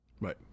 Right